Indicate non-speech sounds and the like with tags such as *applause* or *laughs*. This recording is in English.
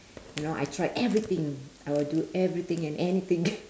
you know I tried everything I will do everything and anything *laughs*